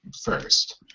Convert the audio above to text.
first